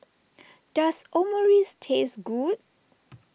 does Omurice taste good